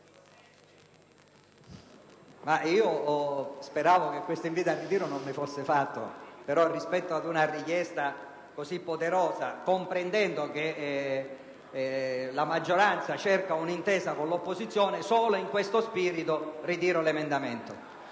speravo che questo invito al ritiro non mi fosse rivolto, però, rispetto a una richiesta così poderosa, comprendendo che la maggioranza cerca un'intesa con l'opposizione, solo in questo spirito, ritiro l'emendamento.